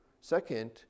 Second